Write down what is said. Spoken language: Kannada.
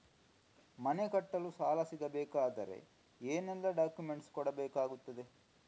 ಮನೆ ಕಟ್ಟಲು ಸಾಲ ಸಿಗಬೇಕಾದರೆ ಏನೆಲ್ಲಾ ಡಾಕ್ಯುಮೆಂಟ್ಸ್ ಕೊಡಬೇಕಾಗುತ್ತದೆ?